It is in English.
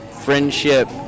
friendship